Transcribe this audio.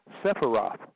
sephiroth